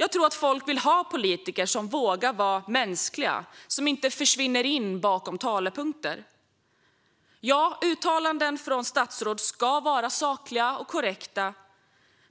Jag tror att folk vill ha politiker som vågar vara mänskliga, som inte försvinner bakom talepunkter. Ja, uttalanden från statsråd ska vara sakliga och korrekta,